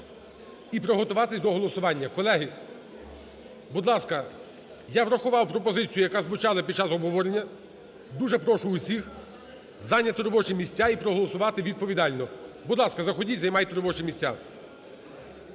і приготуватись до голосування. Колеги, будь ласка, я врахував пропозицію, яка звучала під час обговорення. Дуже прошу всіх зайняти робочі місця і проголосувати відповідально. Будь ласка, заходіть і займайте робочі місця.